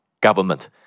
government